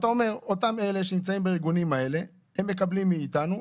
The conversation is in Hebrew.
אתה אומר: אותם אלה שנמצאים בארגונים האלה מקבלים מאיתנו,